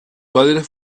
padres